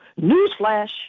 newsflash